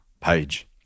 Page